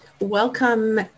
Welcome